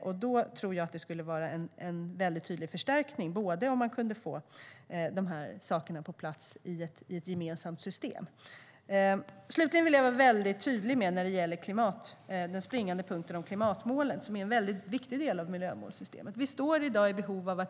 Därför tror jag att det skulle vara en tydlig förstärkning om vi kunde få allt detta på plats i ett gemensamt system. När det slutligen gäller den springande punkten, klimatmålen, vill jag vara väldigt tydlig. Det är en mycket viktig del av miljömålssystemet.